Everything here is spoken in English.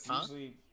usually